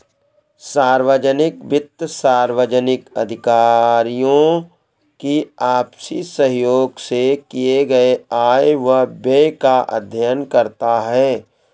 सार्वजनिक वित्त सार्वजनिक अधिकारियों की आपसी सहयोग से किए गये आय व व्यय का अध्ययन करता है